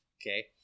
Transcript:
okay